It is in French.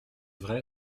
vrai